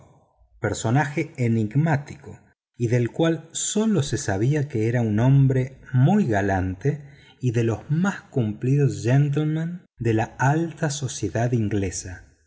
personaje enigmático y del cual sólo se sabía que era un hombre muy galante y de los más cumplidos gentlemen de la alta sociedad inglesa